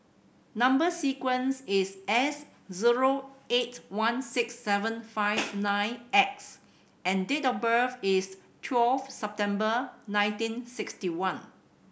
number sequence is S zero eight one six seven five nine X and date of birth is twelve September nineteen sixty one